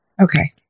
okay